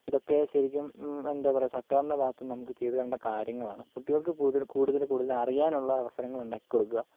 ഇതൊക്കെ ശരിക്കും എന്താ പറയുക സർക്കാരിൻ്റെ ഭാഗത്ത് നിന്നും നമുക്ക് ചെയ്ത് തരേണ്ട കാര്യങ്ങളാണ് കുട്ടികൾക്ക് പൊതുവെ കൂടുതൽ കൂടുതൽ അറിയുവാനുള്ള അവസരങ്ങൾ ഉണ്ടാക്കി കൊടുക്കുക